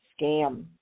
scam